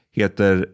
heter